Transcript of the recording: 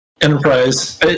Enterprise